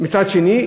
מצד שני,